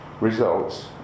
results